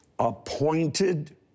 Appointed